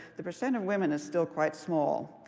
the percent of women is still quite small.